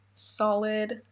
Solid